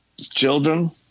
children